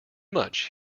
much